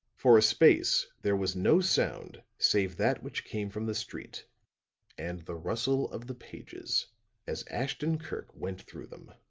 for a space there was no sound save that which came from the street and the rustle of the pages as ashton-kirk went through them.